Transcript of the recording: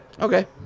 Okay